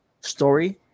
story